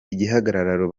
igihagararo